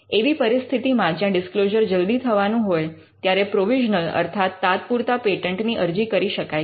એવી પરિસ્થિતિમાં જ્યાં ડિસ્ક્લોઝર જલ્દી થવાનું હોય ત્યારે પ્રોવિઝનલ અર્થાત તાત્પૂરતા પેટન્ટની અરજી કરી શકાય છે